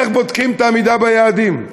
איך בודקים את העמידה ביעדים.